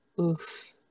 oof